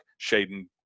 Shaden